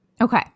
okay